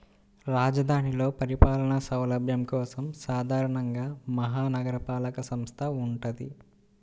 రాజధానిలో పరిపాలనా సౌలభ్యం కోసం సాధారణంగా మహా నగరపాలక సంస్థ వుంటది